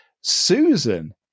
Susan